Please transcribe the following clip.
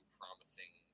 promising